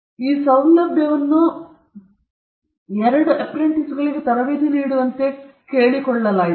ಈ ಸೌಲಭ್ಯವನ್ನು ಎರಡು ಅಪ್ರೆಂಟಿಸ್ಗಳಿಗೆ ತರಬೇತಿ ನೀಡುವಂತೆ ನೀಡಲಾಗುತ್ತದೆ